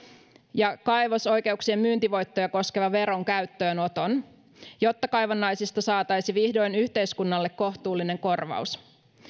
ja kaivosoikeuksien myyntivoittoja koskevan veron käyttöönoton jotta kaivannaisista saataisi vihdoin yhteiskunnalle kohtuullinen korvaus